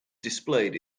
displayed